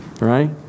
right